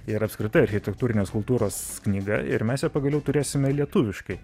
ir apskritai architektūrinės kultūros knyga ir mes ją pagaliau turėsime lietuviškai